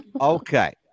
Okay